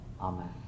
Amen